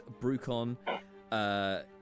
Brucon